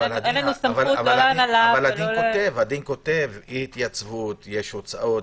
אבל הדין כותב: אי התייצבות יש הוצאות,